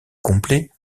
complet